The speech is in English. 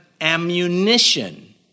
ammunition